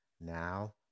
Now